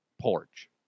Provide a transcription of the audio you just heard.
porch